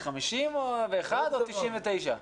זה 51 או 99?